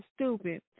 stupid